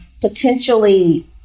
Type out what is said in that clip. potentially